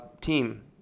team